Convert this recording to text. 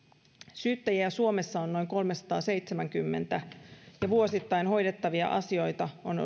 syyttäjiä suomessa on noin kolmesataaseitsemänkymmentä ja vuosittain hoidettavia asioita on